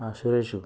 ఆ సురేష్